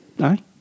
Aye